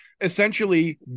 essentially